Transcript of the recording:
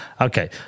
Okay